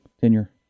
tenure